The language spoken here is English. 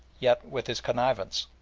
yet with his connivance.